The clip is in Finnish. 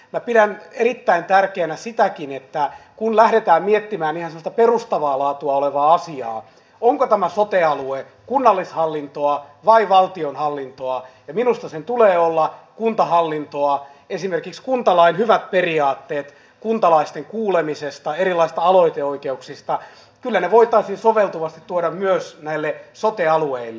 minä pidän erittäin tärkeänä sitäkin että kun lähdetään miettimään ihan semmoista perustavaa laatua olevaa asiaa että onko tämä sote alue kunnallishallintoa vai valtionhallintoa ja minusta sen tulee olla kuntahallintoa esimerkiksi kuntalain hyvät periaatteet kuntalaisten kuulemisesta erilaisista aloiteoikeuksista kyllä voitaisiin soveltuvasti tuoda myös sote alueille